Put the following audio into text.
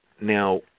Now